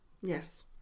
Yes